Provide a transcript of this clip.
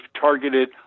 targeted